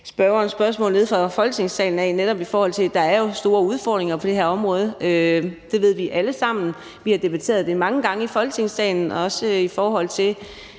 spørgeren et spørgsmål nede fra salen, i forhold til at der jo er store udfordringer på det her område. Det ved vi alle sammen. Vi har debatteret det mange gange i Folketingssalen, også i forhold til